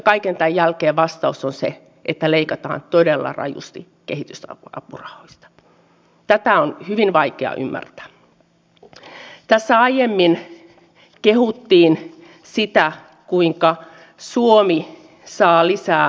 edustaja sarkkinen käytti edellä erittäin hyvän puheenvuoron siitä mikä vaikutus tekesin määrärahojen leikkauksella on suomen tutkimukseen suomen yrittäjyyteen ja sitä kautta vientimahdollisuuteen ja suomen mahdollisuuksiin nousta tästä talousahdingosta